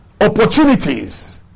opportunities